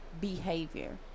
behavior